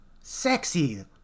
sexy